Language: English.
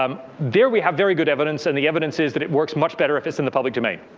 um there we have very good evidence. and the evidence is that it works much better if it's in the public domain.